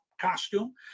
costume